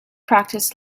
practiced